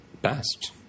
best